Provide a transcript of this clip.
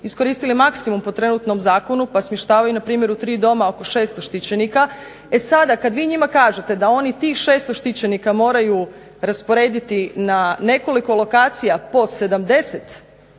iskoristili maksimum po trenutnom zakonu pa smještavaju npr. u 3 doma oko 600 štićenika. E sada, kad vi njima kažete da oni tih 600 štićenika moraju rasporediti na nekoliko lokacija po 70